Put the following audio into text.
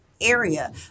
Area